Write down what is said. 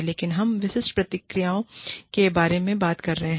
लेकिन हम विशिष्ट प्रक्रियाओं के बारे में बात कर रहे हैं